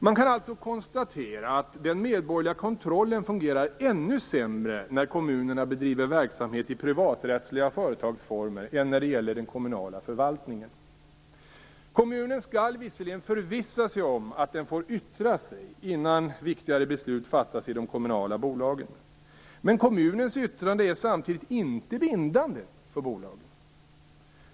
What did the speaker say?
Man kan alltså konstatera att den medborgerliga kontrollen fungerar ännu sämre när kommunerna bedriver verksamhet i privaträttsliga företagsformer än när det gäller den kommunala förvaltningen. Kommunen skall visserligen förvissa sig om att den får yttra sig innan viktigare beslut fattas i de kommunala bolagen. Men kommunens yttrande är samtidigt inte bindande för bolagen.